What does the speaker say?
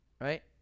right